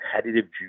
competitive